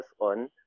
on